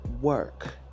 work